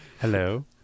Hello